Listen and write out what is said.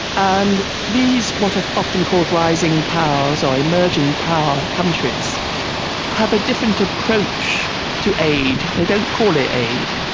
and these what are often called rising powers or emerging power countries have a different approach to aid, they don't call it aid,